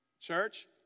church